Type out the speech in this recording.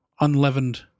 unleavened